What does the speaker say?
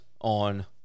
on